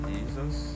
Jesus